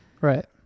Right